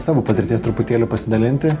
savo patirties truputėlį pasidalinti